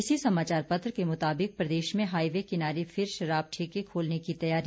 इसी समाचार पत्र के मुताबिक प्रदेश में हाईवे किनारे फिर शराब ठेके खोलने की तैयारी